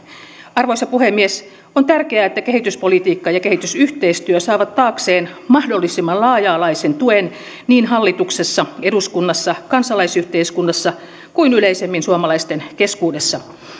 arvoisa puhemies on tärkeää että kehityspolitiikka ja yhteistyö saavat taakseen mahdollisimman laaja alaisen tuen niin hallituksessa eduskunnassa kansalaisyhteiskunnassa kuin yleisemmin suomalaisten keskuudessa